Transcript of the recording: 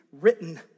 written